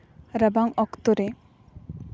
ᱨᱟᱵᱟᱝ ᱚᱠᱛᱚ ᱨᱮ